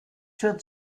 für